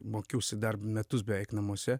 mokiausi dar metus beveik namuose